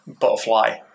butterfly